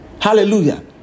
Hallelujah